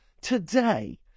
today